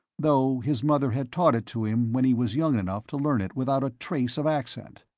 though his mother had taught it to him when he was young enough to learn it without a trace of accent.